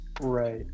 right